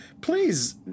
please